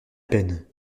peine